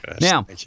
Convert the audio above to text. now